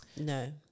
No